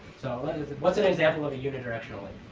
so what's an example of a unidrectional link?